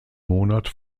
monat